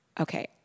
okay